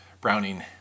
Browning